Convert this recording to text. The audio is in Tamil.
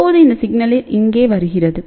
இப்போது இந்த சிக்னல் இங்கே வருகிறது